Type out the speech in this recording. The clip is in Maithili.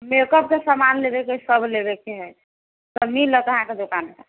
मेकअपके सामान लेबयके है सब लेबयके है सब मिलत अहाँके दोकान मे